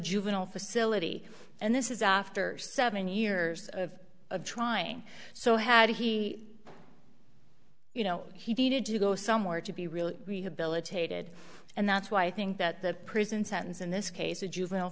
juvenile facility and this is after seven years of trying so had he you know he needed to go somewhere to be really rehabilitated and that's why i think that the prison sentence in this case a juvenile